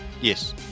Yes